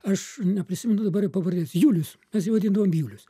aš neprisimenu dabar jo pavardės julius mes jį vadindavom julius